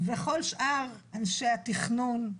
וכל שאר אנשי התכנון.